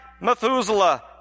Methuselah